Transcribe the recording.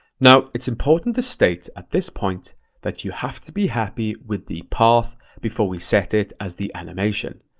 now it's important to state at this point that you have to be happy with the path before we set it as the animation.